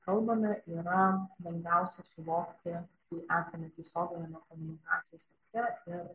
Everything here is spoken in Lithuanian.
kalbame yra lengviausia suvokti kai esame tiesioginiame komunikacijos akte ir